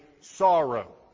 sorrow